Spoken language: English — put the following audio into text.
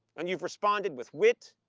and you've responded with wit,